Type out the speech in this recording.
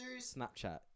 Snapchat